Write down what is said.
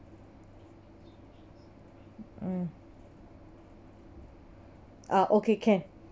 mm uh okay can